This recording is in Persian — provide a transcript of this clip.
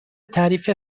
تعریف